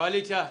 מי נמנע?